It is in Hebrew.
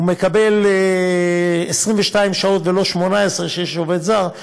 הוא מקבל 22 שעות, ולא 18 כמו כשיש עובד זר.